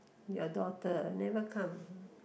your daughter never come